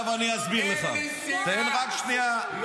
לא, אין לי שנאה.